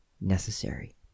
necessary